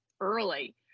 early